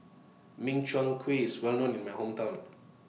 Min Chiang Kueh IS Well known in My Hometown